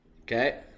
Okay